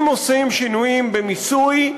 אם עושים שינויים במיסוי,